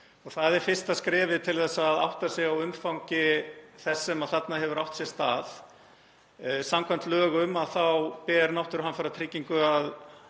Það er fyrsta skrefið til að átta sig á umfangi þess sem þarna hefur átt sér stað. Samkvæmt lögum ber náttúruhamfaratryggingu að